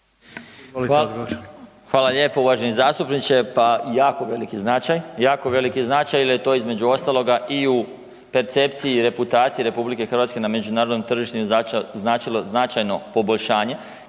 Hvala lijepo. Uvaženi zastupniče. Pa jako veliki značaj, jel je to između ostaloga i u percepciji reputacije RH na međunarodnom tržištu značilo značajno poboljšanje.